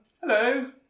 hello